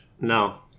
No